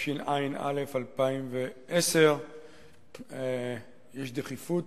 התשע"א 2010. יש דחיפות